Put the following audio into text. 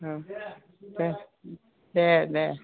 औ दे दे